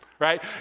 right